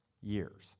years